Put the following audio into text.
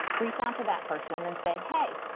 reach out to that person and say, hey,